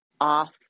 off